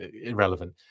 irrelevant